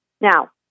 Now